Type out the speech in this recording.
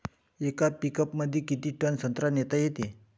येका पिकअपमंदी किती टन संत्रा नेता येते?